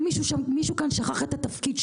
אבל מישהו כאן שכח את התפקיד שלו.